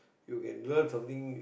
you can learn something